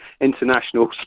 international